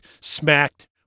smacked